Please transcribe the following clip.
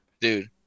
dude